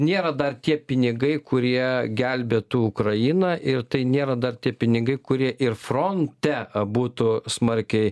nėra dar tie pinigai kurie gelbėtų ukrainą ir tai nėra dar tie pinigai kurie ir fronte a būtų smarkiai